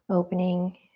opening.